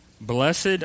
Blessed